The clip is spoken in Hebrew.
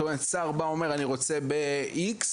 זאת אומרת, שר בא ואומר "אני רוצה במקום כך וכך"?